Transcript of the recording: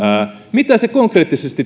mitä se konkreettisesti